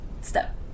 step